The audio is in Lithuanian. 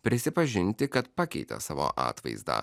prisipažinti kad pakeitė savo atvaizdą